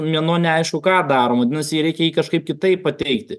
mėnuo neaišku ką darom vadinasi jį reikia jį kažkaip kitaip pateikti